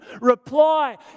reply